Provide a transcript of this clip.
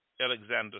Alexander